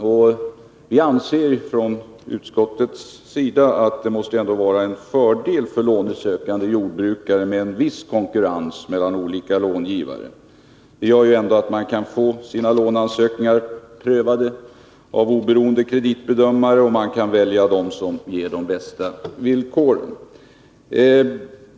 Utskottet anser att det ändå måste vara en fördel för lånesökande jordbrukare med en viss konkurrens mellan olika långivare. Det gör att man kan få sina låneansökningar prövade av oberoende kreditbedömare, och man kan välja den som ger de bästa villkoren.